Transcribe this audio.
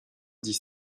dix